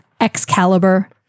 Excalibur